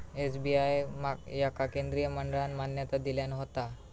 SBI याका केंद्रीय मंत्रिमंडळान मान्यता दिल्यान होता